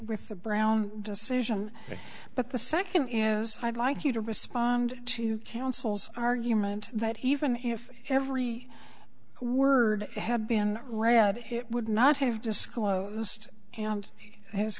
the brown decision but the second is hyde like you to respond to counsel's argument that even if every word had been read it would not have disclosed and his